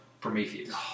Prometheus